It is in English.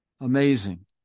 amazing